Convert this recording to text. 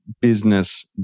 business